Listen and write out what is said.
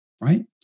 Right